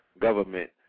government